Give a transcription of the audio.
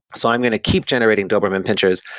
so i'm going to keep generating doberman pinschers.